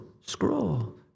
scroll